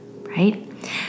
right